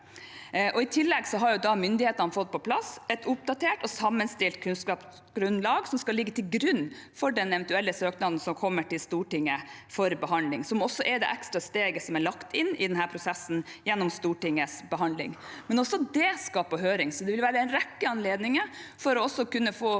I tillegg har myndighetene fått på plass et oppdatert og sammenstilt kunnskapsgrunnlag som skal ligge til grunn for den eventuelle søknaden som kommer til Stortinget for behandling, noe som er det ekstra steget som er lagt inn i denne prosessen gjennom Stortingets behandling – og også det skal på høring. Det vil altså være en rekke anledninger for oss til å